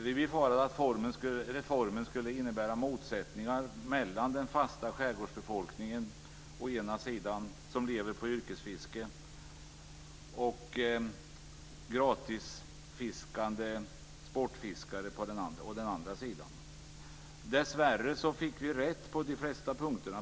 Vi befarade att reformen skulle innebära motsättningar mellan den fasta skärgårdsbefolkningen som lever på yrkesfiske å ena sidan och gratisfiskande sportfiskare å den andra. Dessvärre fick vi rätt på de flesta punkter.